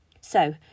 So